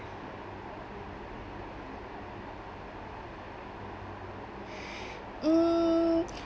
mm